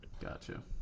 Gotcha